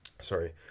Sorry